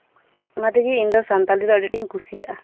ᱚᱱᱟᱛᱮᱜᱤ ᱥᱟᱱᱛᱟᱞᱤ ᱫᱚ ᱤᱧ ᱫᱚ ᱟᱹᱰᱤ ᱟᱸᱴᱤᱧ ᱠᱩᱥᱤᱭᱟᱜᱼᱟ